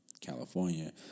California